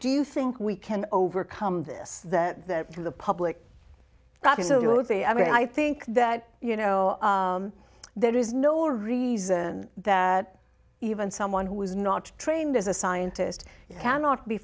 do you think we can overcome this that through the public i mean i think that you know there is no reason that even someone who is not trained as a scientist cannot be